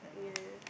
yeah